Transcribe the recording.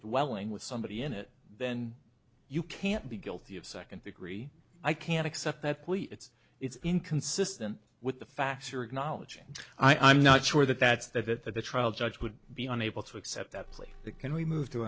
that welling with somebody in it then you can't be guilty of second degree i can accept that it's it's inconsistent with the facts or acknowledging i'm not sure that that's that that that the trial judge would be unable to accept that plea can we move t